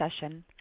session